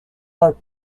are